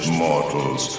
mortals